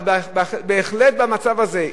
אבל במצב הזה,